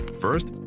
First